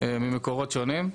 ממקורות שונים.